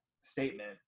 statement